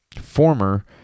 former